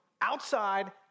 outside